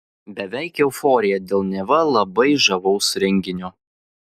beveik euforija dėl neva labai žavaus renginio